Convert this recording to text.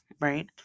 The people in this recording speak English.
right